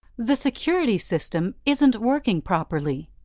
the security system isn't working properly.